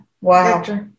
Wow